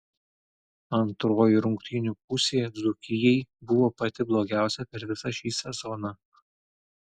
antroji rungtynių pusė dzūkijai buvo pati blogiausia per visą šį sezoną